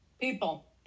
people